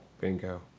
Bingo